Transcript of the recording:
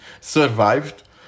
survived